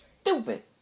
stupid